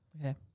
okay